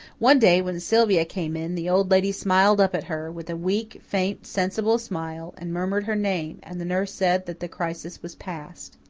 one day, when sylvia came in, the old lady smiled up at her, with a weak, faint, sensible smile, and murmured her name, and the nurse said that the crisis was past.